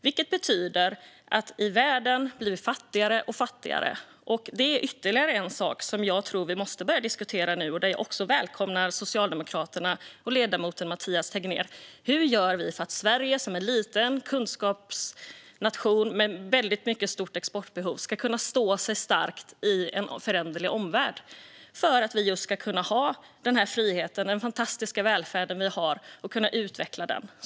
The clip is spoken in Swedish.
Det betyder att vi blir fattigare och fattigare i världen. Det är ytterligare en sak som jag tror att vi måste börja diskutera nu. Där välkomnar jag även Socialdemokraterna och ledamoten Mathias Tegnér. Hur gör vi för att Sverige, som är en liten kunskapsnation med stort exportbehov, ska kunna stå starkt i en föränderlig omvärld, just för att vi ska kunna ha friheten och vår fantastiska välfärd och kunna utveckla den?